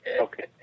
Okay